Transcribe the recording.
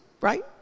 right